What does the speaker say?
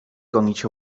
gonić